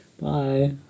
Bye